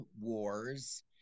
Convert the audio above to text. Wars